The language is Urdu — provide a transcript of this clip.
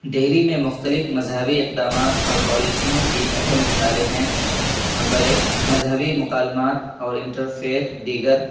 دہلی میں مختلف مذہبی اقدامات اور پالیسیوں کی اہم مثالیں ہیں نمبر ایک مذہبی مکالمات اور انٹر فیتھ دیگر